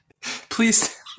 please